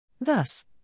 Thus